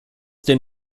den